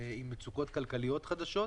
עם מצוקות כלכליות חדשות.